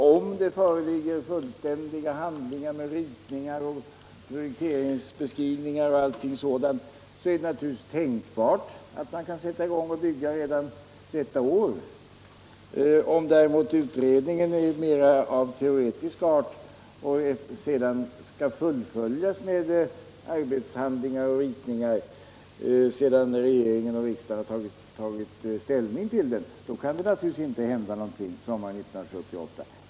Om det föreligger fullständiga handlingar med ritningar osv. är det naturligtvis tänkbart att man kan sätta i gång och bygga under detta år. Om utredningen däremot är av mera teoretisk art och skall fullföljas med arbetshandlingar och ritningar sedan regering och riksdag tagit ställning, kan det naturligtvis inte hända någonting sommaren 1978.